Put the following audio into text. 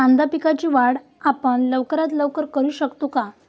कांदा पिकाची वाढ आपण लवकरात लवकर कशी करू शकतो?